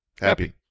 Happy